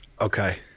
Okay